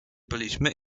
byliśmy